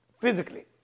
physically